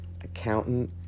accountant